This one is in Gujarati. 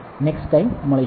નેક્સ્ટ ટાઈમ મળીશું